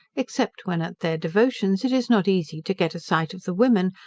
except when at their devotions, it is not easy to get a sight of the women,